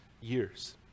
years